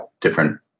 different